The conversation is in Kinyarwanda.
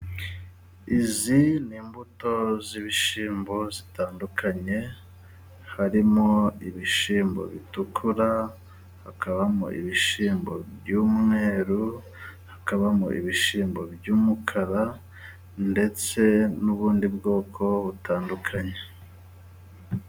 Izi ni imbuto z'ibishyimbo zitandukanye harimo ibishyimbo bitukura hakabamo ibishyimbo by'umweruru hakabamo ibishyimbo by'umukara ndetse n'ubundi bwoko butandukanye.